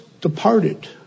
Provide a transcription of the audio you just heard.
departed